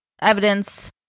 evidence